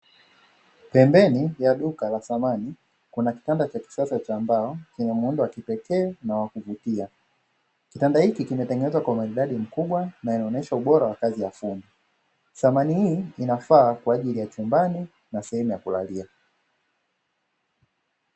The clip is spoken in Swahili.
Pembeni ya duka la samani, kuna kitanda cha kisasa cha mbao chenye muundo wa kipekee na wa kuvutia. Kitanda hiki kimetengenezwa kwa umaridadi mkubwa na inaonesha ubora wa kazi ya fundi. Samani hii inafaa kwa ajili ya chumbani na sehemu ya kulalia.